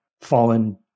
fallen